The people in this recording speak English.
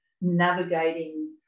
navigating